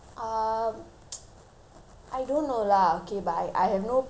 I don't know lah okay but I have no place to ask what the parents are doing